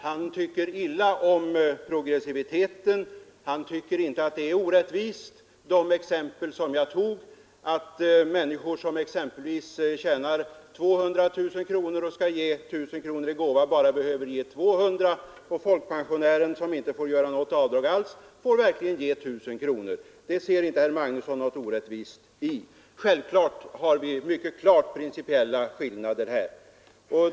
Han tycker illa om progressiviteten, han tycker inte att det exempel jag tog visade någon orättvisa: att den som exempelvis tjänar 200 000 kronor och skall ge 1 000 kronor i gåva bara behöver ge 200 kronor, medan folkpensionären som inte får göra något avdrag alls verkligen får ge 1 000 kronor. Det ser inte herr Magnusson något orättvist i. Vi har mycket klara principiella skillnader härvidlag.